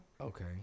Okay